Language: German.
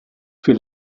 für